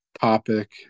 topic